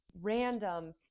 random